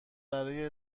برای